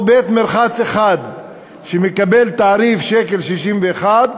או בית-מרחץ אחד, שמקבל תעריף 1.61 ש"ח,